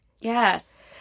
Yes